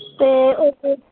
ते होर